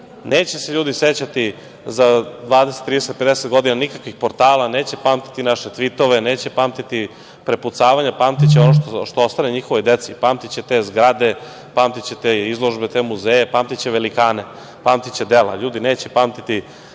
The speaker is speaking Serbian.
njim. Neće se ljudi sećati za 20, 30, 50 godina nikakvih portala, neće pamtiti naše tvitove, neće pamtiti prepucavanja, pamtiće ono što ostane njihovoj deci, pamtiće te zgrade, izložbe, muzeje, velikane, pamtiće dela. Ljudi neće pamtiti